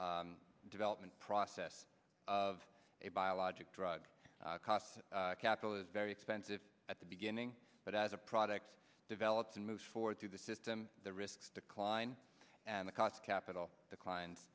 development process of a biologic drug costs that capital is very expensive at the beginning but as a product develops and moves forward through the system the risks decline and the cost of capital decline